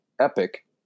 epic